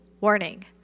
Warning